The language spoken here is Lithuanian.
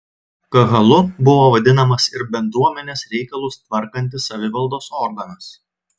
kahalu buvo vadinamas ir bendruomenės reikalus tvarkantis savivaldos organas